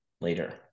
later